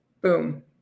boom